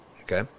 Okay